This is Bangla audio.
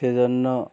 সেই জন্য